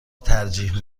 ترجیح